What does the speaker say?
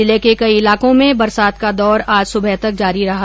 जिले के कई ईलाकों में बरसात का दौर आज सुबह तक जारी रहा